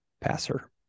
passer